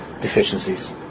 Deficiencies